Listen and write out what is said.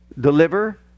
deliver